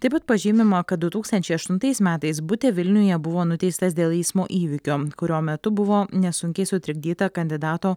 taip pat pažymima kad du tūkstančiai aštuntais metais butė vilniuje buvo nuteistas dėl eismo įvykio kurio metu buvo nesunkiai sutrikdyta kandidato